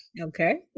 Okay